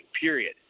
period